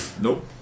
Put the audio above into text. Nope